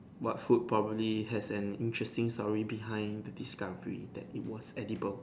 what food probably has an interesting story behind the discovery that it was edible